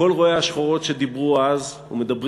כל רואי השחורות שדיברו אז ומדברים